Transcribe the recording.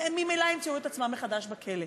הם ממילא ימצאו את עצמם מחדש בכלא.